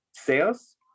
Sales